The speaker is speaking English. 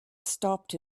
stopped